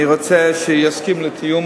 אני רוצה שהוא יסכים לתיאום,